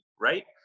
Right